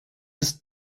ist